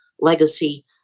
legacy